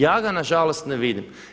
Ja ga na žalost ne vidim.